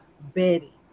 Betty